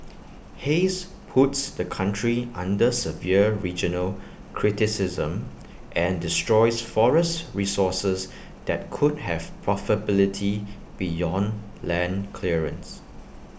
haze puts the country under severe regional criticism and destroys forest resources that could have profitability beyond land clearance